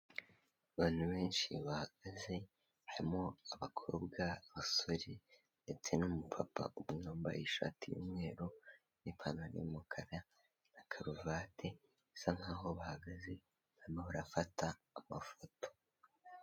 Abantu benshi bahagaze, harimo abakobwa, abasore ndetse n'umupapa wambaye ishati y'umweru n'ipantaro y'umukara na karuvati, bisa nkaho bahagaze barimo barafata amafoto.